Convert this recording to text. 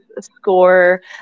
score